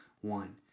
one